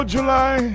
July